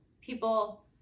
people